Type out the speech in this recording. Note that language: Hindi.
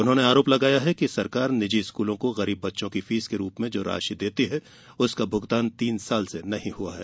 उन्होंने आरोप लगाया है कि सरकार निजी स्कूलों को गरीब बच्चों की फीस के रूप में जो राशि देती है उसका भुगतान तीन साल से नहीं हुआ है